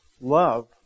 love